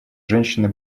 женщины